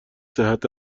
صحت